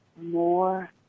more